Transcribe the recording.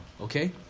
okay